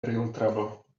real